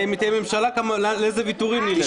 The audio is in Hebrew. אם תהיה ממשלה, לאיזה ויתורים נלך?